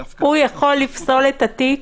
הוא יכול לפסול את התיק?